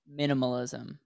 minimalism